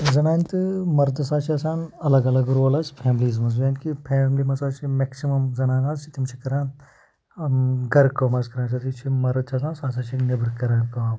زنانہِ تہٕ مَردَس حظ چھِ آسان الگ الگ رول حظ فیملی منٛز یعنے کہِ فیملی منٛز حظ چھِ میکسِمَم زنان حظ چھِ تِم چھِ کَران گَرٕ کٲم حظ کَران یُس ہَسا یہِ مَرٕد چھِ آسان سُہ ہَسا چھِ نٮ۪برٕ کَران کٲم